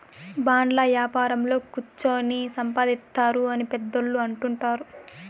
బాండ్ల యాపారంలో కుచ్చోని సంపాదిత్తారు అని పెద్దోళ్ళు అంటుంటారు